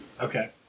Okay